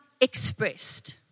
expressed